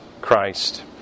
Christ